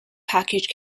package